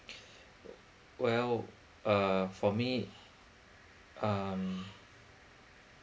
well uh for me um